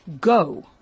go